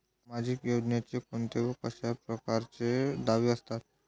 सामाजिक योजनेचे कोंते व कशा परकारचे दावे असतात?